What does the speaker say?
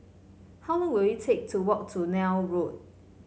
how long will it take to walk to Neil Road